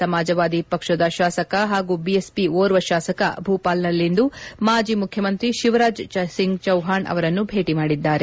ಸಮಾಜವಾದಿ ಪಕ್ಷದ ಶಾಸಕ ಪಾಗೂ ಬಿಎಸ್ಪಿಯ ಓರ್ವ ಶಾಸಕ ಭೂಪಾಲ್ನಲ್ಲಿ ಮಾಜಿ ಮುಖ್ಯಮಂತ್ರಿ ಶಿವರಾಜ್ ಸಿಂಗ್ ಚೌವ್ವಾಣ್ ಅವರನ್ನು ಭೇಟಿ ಮಾಡಿದರು